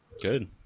good